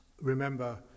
remember